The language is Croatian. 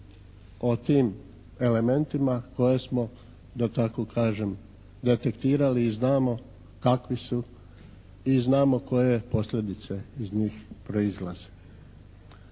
o tim elementima koje smo, da tako kažem detektirali i znamo kakvi su i znamo koje posljedice iz njih proizlaze.